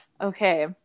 okay